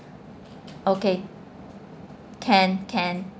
okay can can